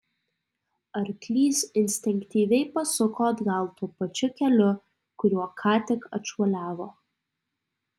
arklys instinktyviai pasuko atgal tuo pačiu keliu kuriuo ką tik atšuoliavo